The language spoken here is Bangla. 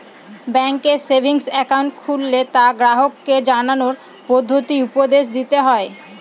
ব্যাঙ্কে সেভিংস একাউন্ট খুললে তা গ্রাহককে জানানোর পদ্ধতি উপদেশ দিতে হয়